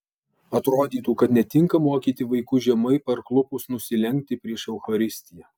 atrodytų kad netinka mokyti vaikus žemai parklupus nusilenkti prieš eucharistiją